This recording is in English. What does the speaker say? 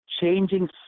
changing